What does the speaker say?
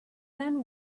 then